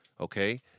okay